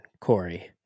Corey